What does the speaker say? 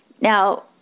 Now